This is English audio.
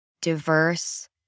diverse